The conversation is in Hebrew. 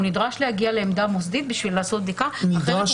הוא נדרש להגיע לעמדה מוסדית בשביל לעשות בדיקה -- נדרש איפה?